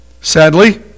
sadly